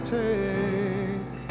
take